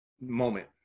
moment